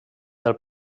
del